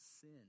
sin